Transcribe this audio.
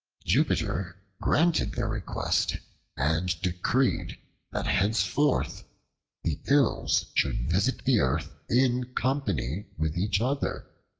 jupiter granted their request and decreed that henceforth the ills should visit the earth in company with each other,